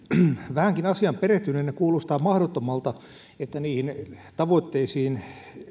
vähänkin asiaan perehtyneenä kuulostaa mahdottomalta että niihin tavoitteisiin